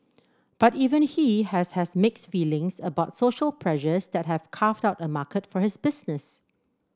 but even he has has mixed feelings about social pressures that have carved out a market for his business